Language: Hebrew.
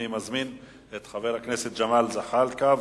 אני מזמין את חבר הכנסת ג'מאל זחאלקה,